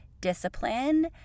discipline